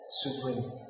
supreme